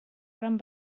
gran